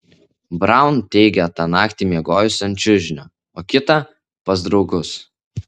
braun teigia tą naktį miegojusi ant čiužinio o kitą pas draugus